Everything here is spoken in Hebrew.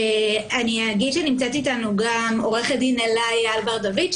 אני אגיד שנמצאת איתנו גם עוה"ד אלה אייל בר דוד,